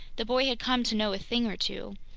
the boy had come to know a thing or two.